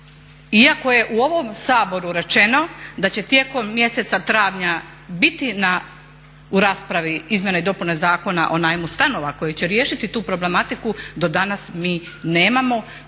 iako je u ovom Saboru rečeno da će tijekom mjeseca travnja biti u raspravi izmjene i dopune Zakona o najmu stanova koji će riješiti tu problematiku, do danas mi nemamo